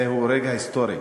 זהו רגע היסטורי,